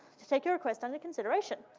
take your request under consideration.